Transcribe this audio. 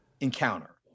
encounter